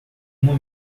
uma